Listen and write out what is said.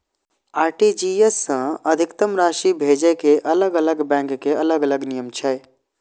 RTGS सं अधिकतम राशि भेजै के अलग अलग बैंक के अलग अलग नियम छै